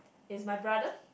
is my brother